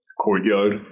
courtyard